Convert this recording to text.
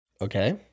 Okay